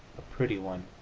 a pretty one.